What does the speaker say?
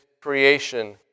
creation